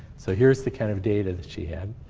so here's the kind of data that she had.